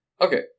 okay